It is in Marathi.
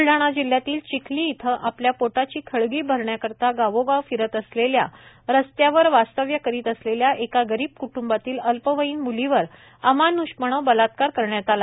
ब्लढाणा जिल्हयातील चिखली इथं आपल्या पोटाची खळगी भरण्याकरीता गावोगाव फिरत असलेल्या रस्त्यावर वास्तव्य करीत असलेल्या एका गरीब क्टुंबातील अल्पवयीन मुलीवर अमान्षपणे आळीपाळीनं बलात्कार करण्यात आला